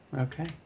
Okay